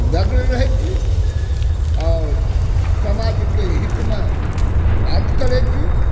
लग्न रहए छी आओर समाजके हितमे बात करैत छी